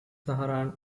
saharan